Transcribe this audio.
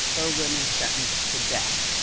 erwin was sentenced to death.